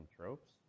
tropes